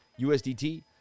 USDT